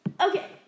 Okay